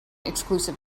exclusive